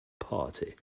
party